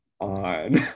on